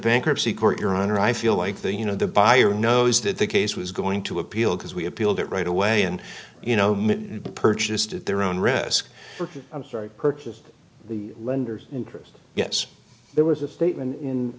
bankruptcy court your honor i feel like the you know the buyer knows that the case was going to appeal because we appealed it right away and you know purchased at their own risk for i'm sorry purchase the lenders interest yes there was a statement in